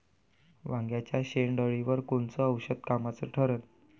वांग्याच्या शेंडेअळीवर कोनचं औषध कामाचं ठरन?